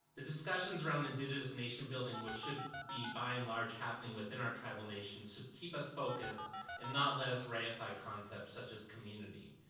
the discussions around indigenous nation building, which should be by and large happening within our tribal nations, should keep us focused and not let us ray-ify concepts such as community.